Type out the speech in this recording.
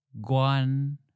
guan